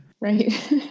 Right